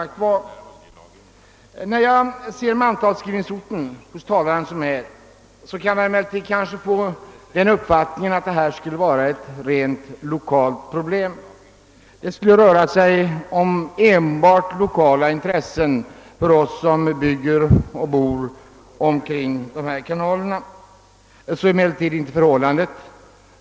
När man ser efter vilka mantalsskrivningsorter talarna i det här ärendet har, kan man kanske få uppfattningen att det skulle vara ett rent lokalt problem, att det skulle röra sig om enbart lokala intressen för oss som bygger och bor omkring de här kanalerna. Så är emellertid inte förhållandet.